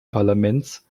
parlaments